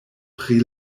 pri